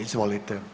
Izvolite.